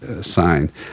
sign